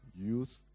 youth